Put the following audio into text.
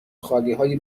خالیهای